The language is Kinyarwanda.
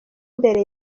mbere